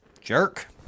Jerk